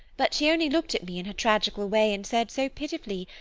but she only looked at me in her tragical way, and said, so pitifully,